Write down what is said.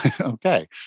okay